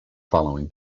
following